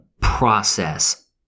process